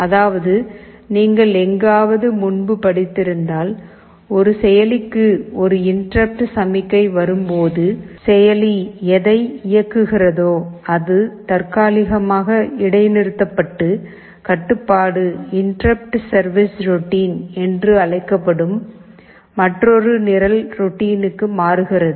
அதாவது நீங்கள் எங்காவது முன்பு படித்திருந்தால் ஒரு செயலிக்கு ஒரு இன்டெர்ருப்ட் சமிக்ஞை வரும்போது செயலி எதை இயக்குகிறதோ அது தற்காலிகமாக இடைநிறுத்தப்பட்டு கட்டுப்பாடு இன்டெர்ருப்ட் சர்விஸ் ரோட்டின் என்று அழைக்கப்படும் மற்றொரு நிரல் ரோட்டினுக்கு மாறுகிறது